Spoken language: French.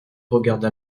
regarda